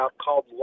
called